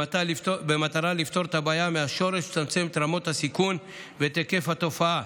במטרה לפתור את הבעיה מהשורש ולצמצם את רמות הסיכון ואת היקף התופעה: